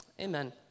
amen